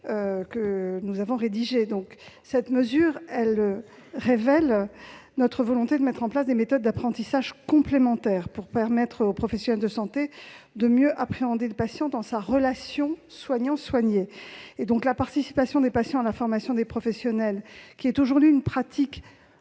« Ma santé 2022 ». Cela témoigne de notre volonté de mettre en place des méthodes d'apprentissage complémentaires, afin de permettre aux professionnels de santé de mieux appréhender le patient dans la relation soignant-soigné. La participation des patients à la formation des professionnels, qui est aujourd'hui une pratique